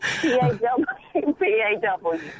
P-A-W-P-A-W